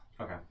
Okay